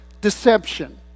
deception